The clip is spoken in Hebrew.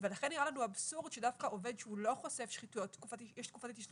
ולכן נראה לנו אבסורד שדווקא עובד שהוא לא חושף שחיתויות תקופת ההתיישנות